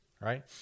Right